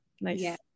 Nice